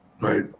right